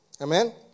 Amen